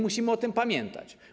Musimy o tym pamiętać.